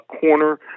corner